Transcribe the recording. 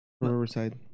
Riverside